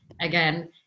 again